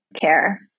care